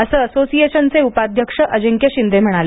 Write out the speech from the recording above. असं असोसिएशनचे उपाध्यक्ष अजिंक्य शिंदे म्हणाले